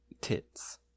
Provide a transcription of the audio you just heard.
Tits